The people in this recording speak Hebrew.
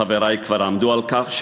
חברי כבר עמדו על כך,